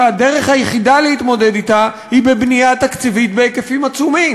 שהדרך היחידה להתמודד אתה היא בבנייה תקציבית בהיקפים עצומים,